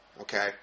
okay